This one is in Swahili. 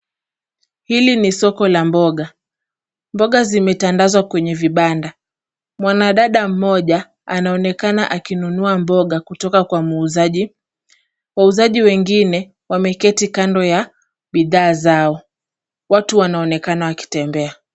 Hili ni soko la mboga. Mboga zimetandazwa kwenye vibanda. Mwanadada mmoja anaonekana akinunua mboga kutoka kwa muuzaji. Wauzaji wengine wameketi kando ya bidhaa zao. Watu wanaonekana wakitembea.